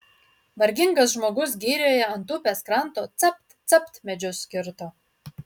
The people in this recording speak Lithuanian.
vargingas žmogus girioje ant upės kranto capt capt medžius kirto